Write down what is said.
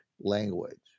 language